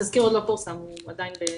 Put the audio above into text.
התזכיר עוד לא פורסם, הוא עדיין בגיבוש.